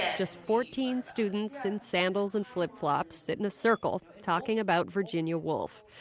just fourteen students in sandals and flip flops sit in a circle, talking about virginia woolf.